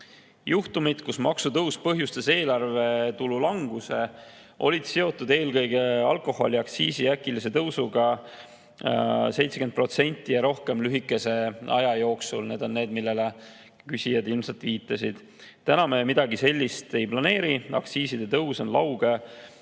Juhtumid, kus maksutõus põhjustas eelarvetulu languse, olid seotud eelkõige alkoholiaktsiisi äkilise 70%-lise ja rohkema tõusuga ja [need toimusid] lühema aja jooksul. Need on need, millele küsijad ilmselt viitasid. Täna me midagi sellist ei planeeri. Aktsiiside tõus on lauge,